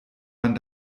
man